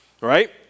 Right